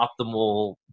optimal